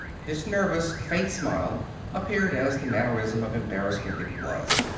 his nervous, faint smile appeared as the mannerism of embarrassment it was.